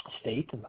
state